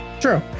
True